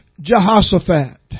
Jehoshaphat